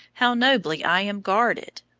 how nobly i am guarded.